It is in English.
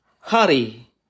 Hurry